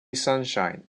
sunshine